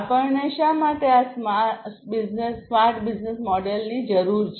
અમને શા માટે આ સ્માર્ટ બિઝનેસ મોડેલની જરૂર છે